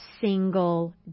single